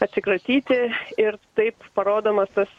atsikratyti ir taip parodomas tas